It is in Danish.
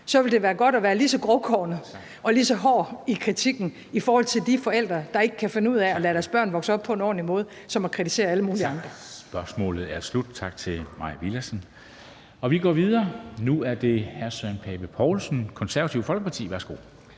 ville det være godt at være lige så grovkornet og lige så hård i kritikken i forhold til de forældre, der ikke kan finde ud af at lade deres børn vokse op på en ordentlig måde, som at kritisere alle mulige andre. Kl. 13:44 Formanden (Henrik Dam Kristensen): Spørgsmålet er slut. Tak til fru Mai Villadsen. Vi går videre, og nu er det hr. Søren Pape Poulsen, Konservative Folkeparti. Værsgo.